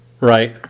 right